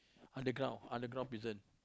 underground underground prison